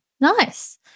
Nice